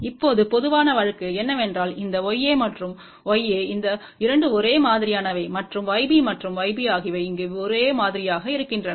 இப்போது பொதுவான வழக்கு என்னவென்றால் இந்த Yaமற்றும் Ya இந்த 2 ஒரே மாதிரியானவை மற்றும் Ybமற்றும் Ybஆகியவை இங்கு ஒரே மாதிரியாக இருக்கின்றன